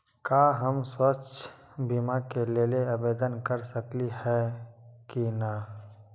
का हम स्वास्थ्य बीमा के लेल आवेदन कर सकली ह की न?